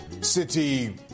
City